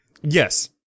Yes